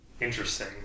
Interesting